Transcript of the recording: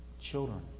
children